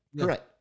Correct